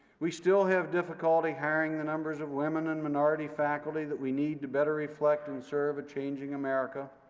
we still have difficulty hiring the numbers of women and minority faculty that we need to better reflect and serve a changing america,